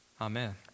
Amen